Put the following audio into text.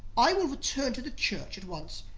i will return to the church at once.